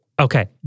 Okay